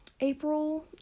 April